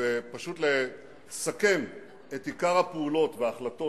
ופשוט לסכם את עיקר הפעולות וההחלטות